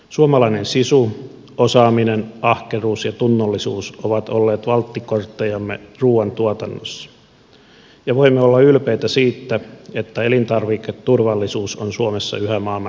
suomalainen sisu osaaminen ahkeruus ja tunnollisuus ovat olleet valttikorttejamme ruuan tuotannossa ja voimme olla ylpeitä siitä että elintarviketurvallisuus on suomessa yhä maailman huippuluokkaa